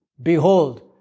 Behold